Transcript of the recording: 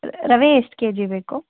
ರವೆ ಎಷ್ಟು ಕೆಜಿ ಬೇಕು